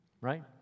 right